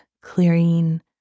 clearing